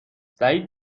سعید